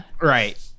Right